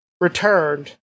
returned